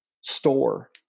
store